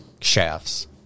shafts